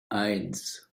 eins